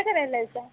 काय करायलाय सा